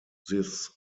this